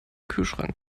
kühlschrank